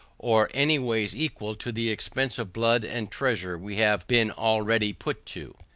or any ways equal to the expense of blood and treasure we have been already put to.